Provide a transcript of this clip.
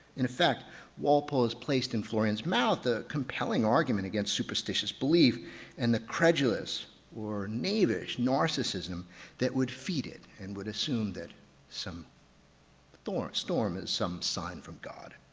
in fact walpole has placed in florian's mouth a compelling argument against superstitious belief and the credulous or knavish narcissism that would feed it and would assume that some storm is some sign from god.